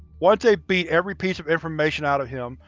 once they beat every piece of information out of him,